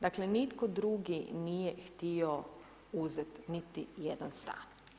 Dakle, nitko drugi nije htio uzeti niti jedan stan.